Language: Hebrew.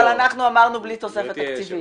אבל אנחנו אמרנו בלי תוספת תקציבית.